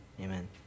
amen